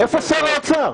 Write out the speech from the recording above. איפה שר האוצר?